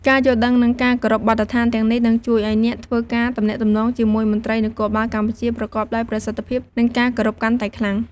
ការយល់ដឹង និងការគោរពបទដ្ឋានទាំងនេះនឹងជួយឲ្យអ្នកធ្វើការទំនាក់ទំនងជាមួយមន្ត្រីនគរបាលកម្ពុជាប្រកបដោយប្រសិទ្ធភាព និងការគោរពកាន់តែខ្លាំង។